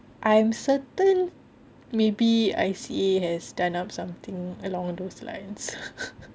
I am certain maybe I_C_A has done up something along those lines